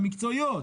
המקצועיות,